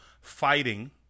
fighting